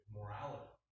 morality